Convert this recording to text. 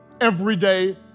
everyday